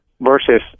versus